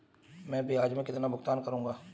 मैं ब्याज में कितना भुगतान करूंगा?